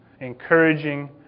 encouraging